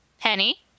Penny